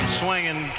swinging